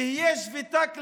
תהיה שביתה כללית,